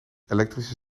elektrische